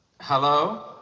Hello